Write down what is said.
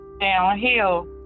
downhill